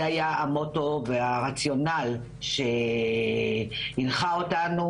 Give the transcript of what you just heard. זה היה המוטו והרציונל שהנחה אותנו,